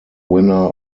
winner